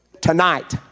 Tonight